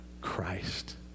Christ